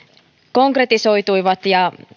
konkretisoituivat ja